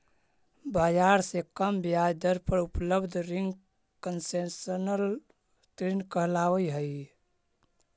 बाजार से कम ब्याज दर पर उपलब्ध रिंग कंसेशनल ऋण कहलावऽ हइ